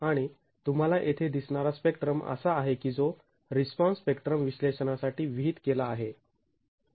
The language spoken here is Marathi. आणि तुम्हाला येथे दिसणारा स्पेक्ट्रम असा आहे की जो रिस्पॉन्स स्पेक्ट्रम विश्लेषणासाठी विहित केला आहे